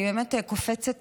אני באמת קופצת